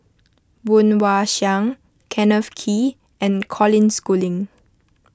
Woon Wah Siang Kenneth Kee and Colin Schooling